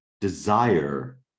desire